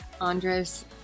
Andres